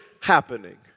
happening